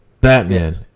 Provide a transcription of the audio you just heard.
Batman